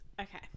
Okay